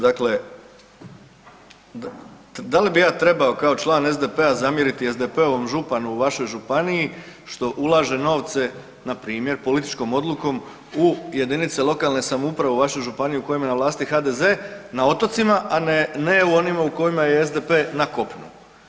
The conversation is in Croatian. Dakle, da li bih ja trebao kao član SDP-a zamjeriti SDP-ovom županu u vašoj županiji što ulaže novce na primjer političkom odlukom u jedinice lokalne samouprave u vašu županiju u kojoj je na vlasti HDZ na otocima, a ne u onima u kojima je SDP na kopnu.